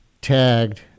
tagged